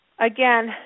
Again